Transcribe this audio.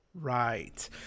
Right